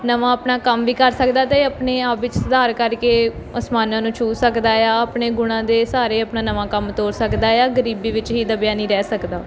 ਨਵਾਂ ਆਪਣਾ ਕੰਮ ਵੀ ਕਰ ਸਕਦਾ ਤੇ ਆਪਣੇ ਆਪ ਵਿੱਚ ਸੁਧਾਰ ਕਰਕੇ ਅਸਮਾਨਾਂ ਨੂੰ ਛੂ ਸਕਦਾ ਏ ਆ ਆਪਣੇ ਗੁਣਾਂ ਦੇ ਸਹਾਰੇ ਆਪਣਾ ਨਵਾਂ ਕੰਮ ਤੋਰ ਸਕਦਾ ਏ ਆ ਗਰੀਬੀ ਵਿੱਚ ਹੀ ਦੱਬਿਆ ਨਹੀਂ ਰਹਿ ਸਕਦਾ